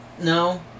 no